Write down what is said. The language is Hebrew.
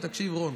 תקשיב, רון,